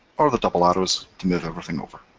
or the double arrows to move everything over.